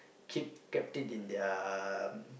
keep kept it in their